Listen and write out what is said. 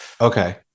Okay